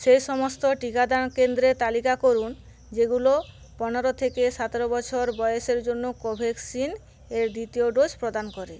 সেই সমস্ত টিকাদান কেন্দ্রের তালিকা করুন যেগুলো পনেরো থেকে সতেরো বছর বয়সের জন্য কোভ্যাক্সিন এর দ্বিতীয় ডোজ প্রদান করে